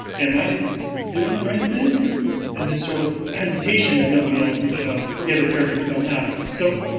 am i doing the right thing? and this sort of, hesitation that nobody else in the show, the other characters don't have. so,